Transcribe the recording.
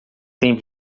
tem